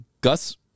Gus